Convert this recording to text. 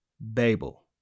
Babel